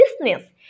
business